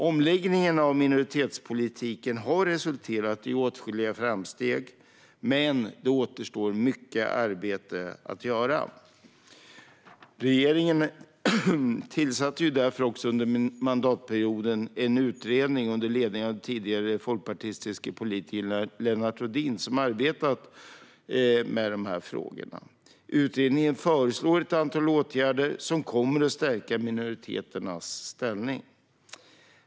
Omläggningen av minoritetspolitiken har resulterat i åtskilliga framsteg, men det återstår mycket arbete att göra. Regeringen har därför under mandatperioden tillsatt en utredning under ledning av den tidigare folkpartistiske politikern Lennart Rohdin, som arbetat med de här frågorna. Utredningen föreslår ett antal åtgärder som kommer att stärka minoriteternas ställning.